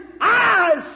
eyes